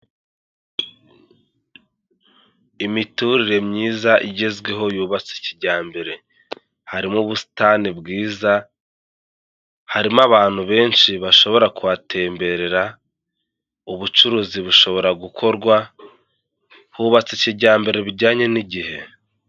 Imiturire myiza igezweho yubatse kijyambere, harimo ubusitani bwiza, harimo abantu benshi bashobora kuhatemberera, ubucuruzi bushobora gukorwa, hubatse kijyambere bijyanye n'igihe.